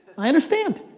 i understand,